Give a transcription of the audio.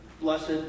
blessed